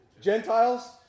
Gentiles